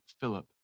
Philip